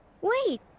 Wait